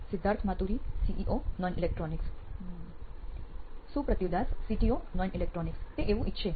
Siddharth Maturi CEO નોઇન electronics Suprativ Das CTO નોઇન electronics તે એવું ઈચ્છે